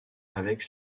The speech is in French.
avec